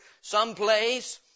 someplace